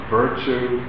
virtue